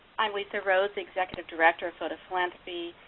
i'm lisa rose, the executive director of photophilanthropy.